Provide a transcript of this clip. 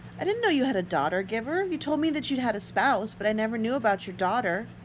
i didn't know you had a daughter, giver! you told me that you'd had a spouse. but i never knew about your daughter.